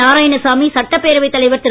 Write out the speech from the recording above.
நாராயணசாமி சட்டப் பேரவைத் தலைவர் திரு